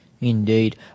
Indeed